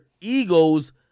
egos